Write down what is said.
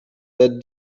that